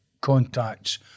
contacts